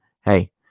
hey